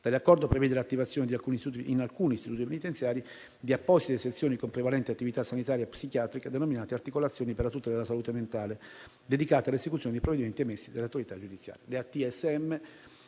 Tale accordo prevede l'attivazione in alcuni istituti penitenziari di apposite sezioni con prevalente attività sanitaria psichiatrica denominate articolazioni per la tutela della salute mentale (ATSM), dedicate all'esecuzione dei provvedimenti emessi dalle autorità giudiziarie.